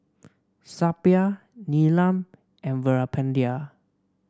Suppiah Neelam and Veerapandiya